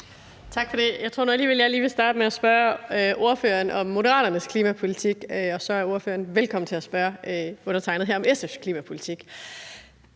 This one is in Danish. Tak for det. Jeg tror nu alligevel, at jeg lige vil starte med at spørge ordføreren om Moderaternes klimapolitik, og så er ordføreren velkommen til at spørge undertegnede her om SF's klimapolitik.